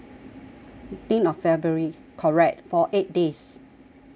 fifteen of february correct for eight days ya